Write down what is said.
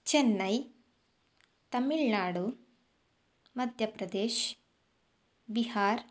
Chennai Tamil Nadu Madhya Pradesh Bihar